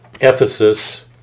Ephesus